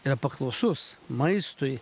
yra paklausus maistui